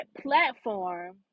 platform